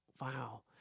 Wow